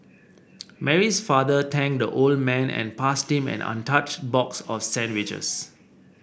Mary's father thanked the old man and passed him an untouched box of sandwiches